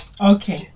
Okay